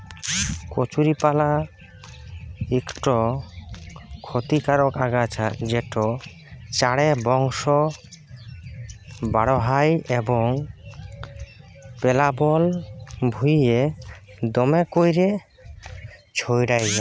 কচুরিপালা ইকট খতিকারক আগাছা যেট চাঁড়ে বংশ বাঢ়হায় এবং পেলাবল ভুঁইয়ে দ্যমে ক্যইরে ছইড়াই যায়